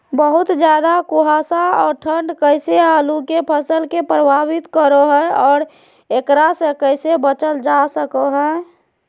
बहुत ज्यादा कुहासा और ठंड कैसे आलु के फसल के प्रभावित करो है और एकरा से कैसे बचल जा सको है?